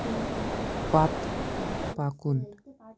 پتہٕ پَکُن